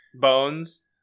bones